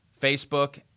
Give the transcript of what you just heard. Facebook